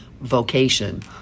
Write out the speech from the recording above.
vocation